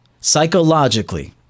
psychologically